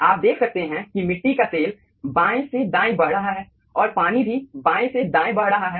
आप देख सकते हैं कि मिट्टी का तेल बाएं से दाएं बह रहा है और पानी भी बाएं से दाएं बह रहा है